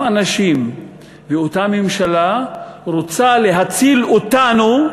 אנשים ואותה ממשלה רוצה להציל אותנו,